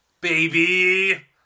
baby